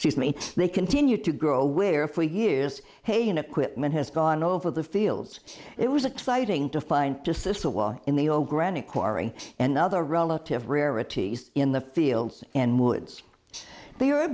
grow me they continue to grow aware for years hay and equipment has gone over the fields it was exciting to find just sister walk in the old granite quarry and other relative rarities in the fields and woods the